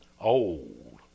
Old